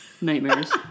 Nightmares